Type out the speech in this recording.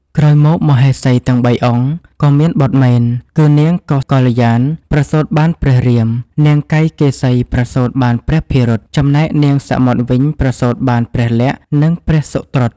ក្រោយមកមហេសីទាំងបីអង្គ ក៏មានបុត្រមែន គឺនាងកោសកល្យាណ ប្រសូតបានព្រះរាម នាងកៃកេសីប្រសូតបានព្រះភិរុត ចំណែកនាងសមុទ្រវិញ ប្រសូតបាន ព្រះលក្សណ៍ និងព្រះសុត្រុត។